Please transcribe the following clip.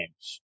games